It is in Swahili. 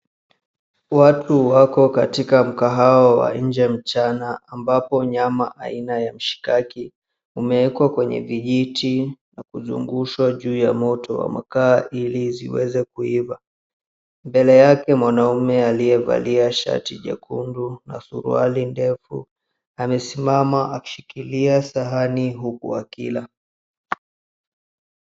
Watu wako katika mkahawa wa nje mchana, ambapo nyama aina ya mshikaki umewekwa kwenye vijiti na kuzungushwa juu ya moto wa makaa ili ziweze kuiva. Mbele yake mwanaume aliyevalia shati jekundu na suruali ndefu amesimama akishikilia sahani huku akila.